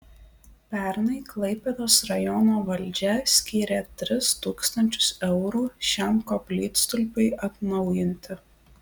pernai klaipėdos rajono valdžia skyrė tris tūkstančius eurų šiam koplytstulpiui atnaujinti